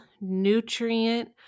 nutrient